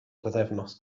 bythefnos